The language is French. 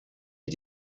est